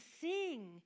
sing